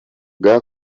zivuga